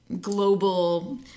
global